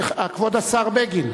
כבוד השר בגין.